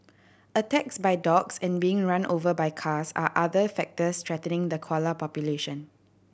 attacks by dogs and being run over by cars are other factors threatening the koala population